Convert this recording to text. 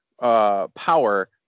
power